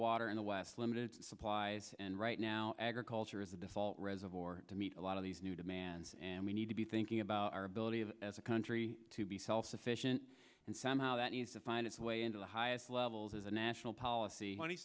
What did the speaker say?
water in the west limited supplies and right now agriculture is the default reservoir to meet a lot of these new demands and we need to be thinking about our ability of a country to be self sufficient and somehow that needs find its way into the highest levels of the national policy